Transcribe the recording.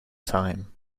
time